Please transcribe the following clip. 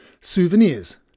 souvenirs